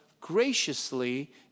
graciously